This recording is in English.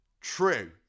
true